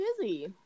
busy